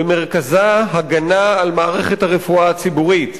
במרכזה הגנה על מערכת הרפואה הציבורית.